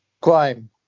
crime